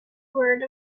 word